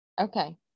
Okay